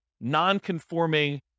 non-conforming